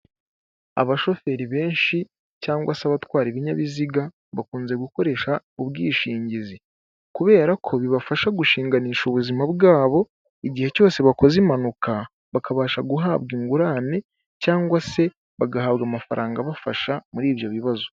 Abashoferi benshi cyangwa se abatwara ibinyabiziga bakunze gukoresha ubwishingizi kubera ko bibafasha gushinganisha ubuzima bwabo igihe cyose bakoze impanuka bakabasha guhabwa ingurane cyangwa se bagahabwa amafaranga abafasha muri ibyo bibazo.